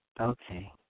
Okay